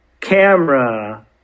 camera